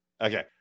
Okay